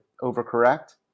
overcorrect